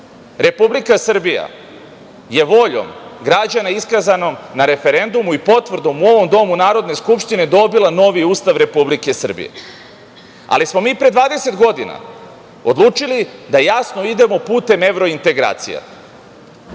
Republike Srbija je voljom građana iskazanom na referendumu i potvrdom u ovom domu Narodne skupštine dobila novi Ustav Republike Srbije. Ali, smo mi pre 20 godina odlučili da jasno idemo putem evrointegracija.